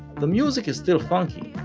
the music is still funky,